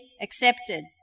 accepted